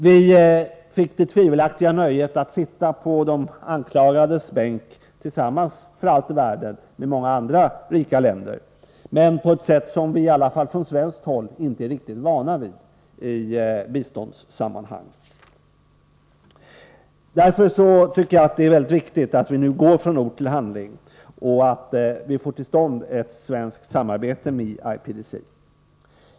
Vi svenskar fick det tvivelaktiga nöjet att sitta på de anklagades bänk tillsammans — för allt i världen — med representanter för många andra rika länder, men på ett sätt som vi från svenskt håll inte är riktigt vana vid i biståndssammanhang. Därför tycker jag att det är mycket viktigt att vi nu går från ord till handling och att vi får till stånd ett svenskt samarbete med IPDC.